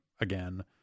again